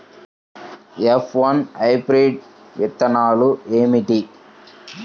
F one hybrid విత్తనాలు ఏమిటి?